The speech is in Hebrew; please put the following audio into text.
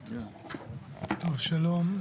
שלום.